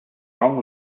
wrong